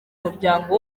umuryango